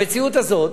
המציאות הזאת,